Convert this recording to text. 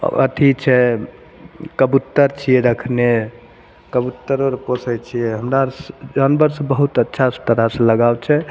आ अथी छै कबुत्तर छियै रखने कबुत्तर आर पोसै छियै हमरा आरसे जानबरसे बहुत अच्छा तरह सऽ लगाव छै